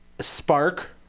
spark